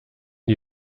die